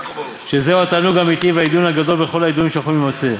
שזהו התענוג האמיתי והעידון הגדול בכל העידונים שיכולים להימצא.